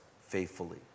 faithfully